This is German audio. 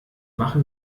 machen